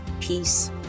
peace